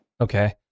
Okay